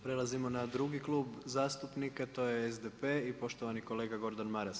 Prelazimo na drugi krug zastupnika, to je SDP i poštovani kolega Gordan Maras.